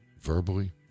verbally